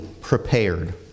prepared